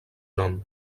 nom